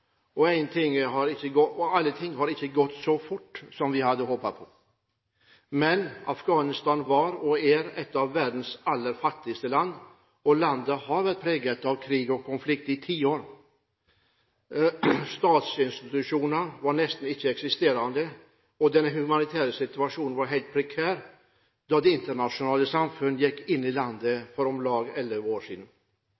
og ting har ikke gått så fort som vi hadde håpet. Men Afghanistan var – og er – et av verdens aller fattigste land. Landet har vært preget av krig og konflikt i tiår. Statsinstitusjoner var nesten ikke eksisterende, og den humanitære situasjonen var helt prekær da det internasjonale samfunn gikk inn i landet